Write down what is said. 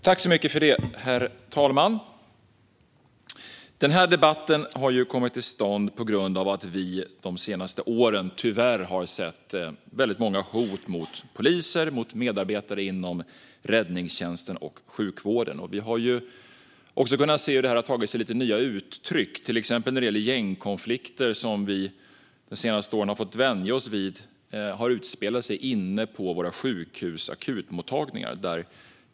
Herr talman! Denna debatt har kommit till stånd på grund av att vi de senaste åren tyvärr har sett väldigt många hot mot poliser och medarbetare inom räddningstjänsten och sjukvården. Vi har också kunnat se hur detta har tagit sig nya uttryck, till exempel när det gäller gängkonflikter som utspelat sig inne på akutmottagningarna vid våra sjukhus.